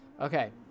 Okay